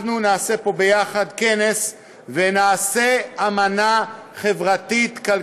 אנחנו נעשה פה ביחד כנס ונעשה אמנה חברתית-כלכלית